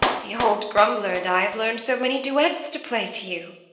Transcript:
the old grumbler and i have learned so many duets to play to you.